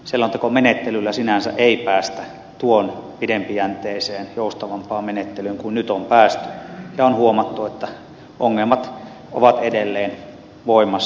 selontekomenettelyllä sinänsä ei päästä tuon pitkäjänteisempään joustavampaan menettelyyn kuin nyt on päästy ja on huomattu että ongelmat ovat edelleen voimassa